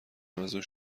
رمضان